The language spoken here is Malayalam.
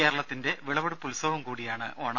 കേരളത്തിന്റെ വിളവെടുപ്പുത്സവം കൂടിയാണ് ഓണം